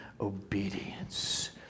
obedience